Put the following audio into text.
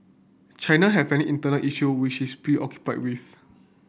China has many internal issue which is preoccupied with